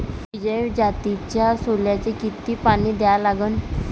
विजय जातीच्या सोल्याले किती पानी द्या लागन?